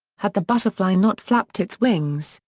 had the butterfly not flapped its wings,